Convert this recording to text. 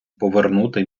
повернути